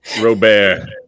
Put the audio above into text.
Robert